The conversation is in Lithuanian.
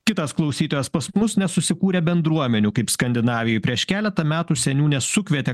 kitas klausytojas pas mus nesusikūrė bendruomenių kaip skandinavijoj prieš keletą metų seniūnė sukvietė